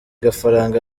gafaranga